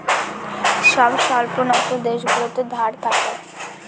সব স্বল্পোন্নত দেশগুলোতে ধার থাকে